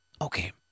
Okay